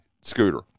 Scooter